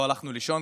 לא הלכנו לישון,